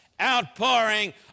outpouring